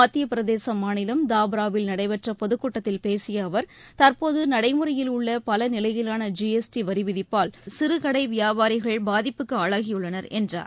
மத்தியப்பிரதேச மாநிலம் தாப்ராவில் நடைபெற்ற பொதுக்கூட்டத்தில் பேசிய அவர் தற்போது நடைமுறையில் உள்ள பல நிலையிலான ஜிஎஸ்டி வரி விதிப்பால் சிறுகடை வியாபாரிகள் பாதிப்புக்கு ஆளாகியுள்ளனர் என்றார்